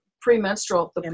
premenstrual